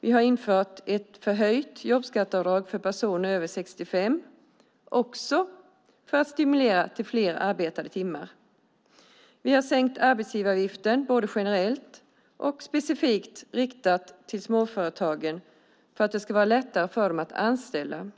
Vi har infört ett förhöjt jobbskatteavdrag för personer över 65 år för att också stimulera till fler arbetade timmar. Vi har sänkt arbetsgivaravgiften både generellt och specifikt riktat till småföretagen för att det ska vara lättare för dem att anställa.